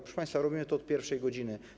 Proszę państwa, robimy to od pierwszej godziny.